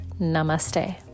Namaste